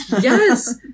Yes